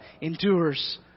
endures